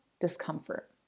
discomfort